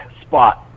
spot